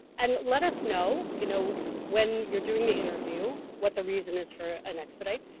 and let us know, you know when you're doing the interview, what the reason is for an expedite.